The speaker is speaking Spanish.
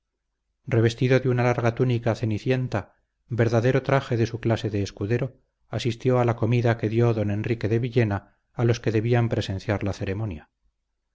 revestido de una larga túnica cenicienta verdadero traje de su clase de escudero asistió a la comida que dio don enrique de villena a los que debían presenciar la ceremonia